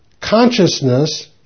Consciousness